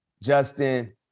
Justin